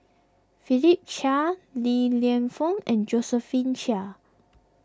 Philip Chia Li Lienfung and Josephine Chia